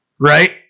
Right